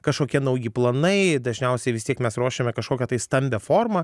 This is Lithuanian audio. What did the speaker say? kažkokie nauji planai dažniausiai vis tiek mes ruošiame kažkokią tai stambią formą